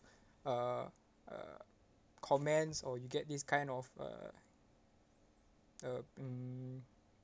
uh uh comments or you get this kind of uh uh um